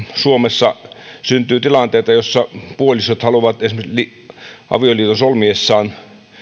suomessa syntyy tilanteita joissa puolisot esimerkiksi avioliiton solmiessaan